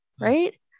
right